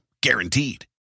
guaranteed